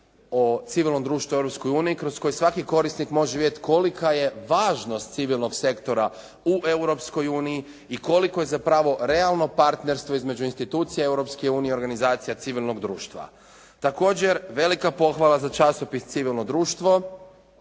o civilnom društvu u Europskoj uniji kroz koji svaki korisnik može vidjeti kolika je važnost civilnog sektora u Europskoj uniji i koliko je zapravo realno partnerstvo između institucija Europske unije i organizacija civilnog društva. Također, velika pohvala za časopis "Civilno društvo"